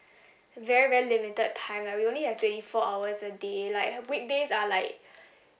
very very limited time lah we only have twenty four hours a day like weekdays are like